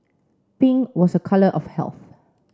pink was a colour of health